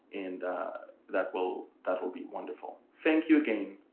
and that will that will be wonderful. thank you again.